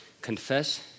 Confess